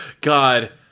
God